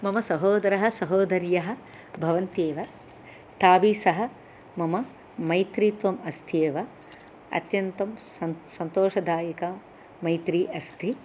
मम सहोदरः सहोदर्यः भवन्त्येव ताभिः सः मम मैत्रीत्वम् अस्ति एव अत्यन्तं सं सन्तोषदायिकमैत्री अस्ति